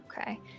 Okay